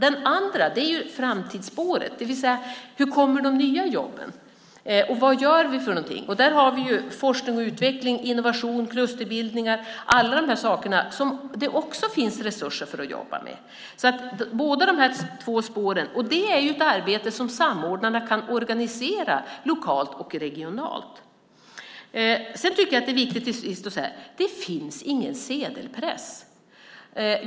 Det andra är framtidsspåret, det vill säga hur de nya jobben kommer. Vad gör vi för någonting? Där har vi forskning och utveckling, innovation, klusterbildningar - alla de här sakerna som det också finns resurser för att jobba med. Båda de här spåren innebär ju arbete som samordnarna kan organisera lokalt och regionalt. Till sist tycker jag att det är viktigt att säga att det inte finns någon sedelpress.